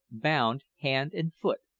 bound hand and foot,